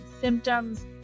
symptoms